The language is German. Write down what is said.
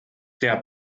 der